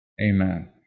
Amen